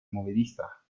movediza